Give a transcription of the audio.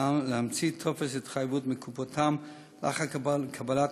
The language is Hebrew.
להמציא טופס התחייבות מקופתם לאחר קבלת